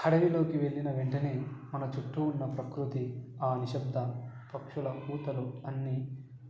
అడవిలోకి వెళ్ళిన వెంటనే మన చుట్టు ఉన్న ప్రకృతి ఆ నిశబ్ద పక్షుల కూతలు అన్నీ